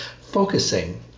focusing